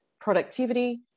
productivity